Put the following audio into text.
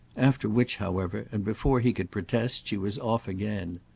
after which however, and before he could protest, she was off again.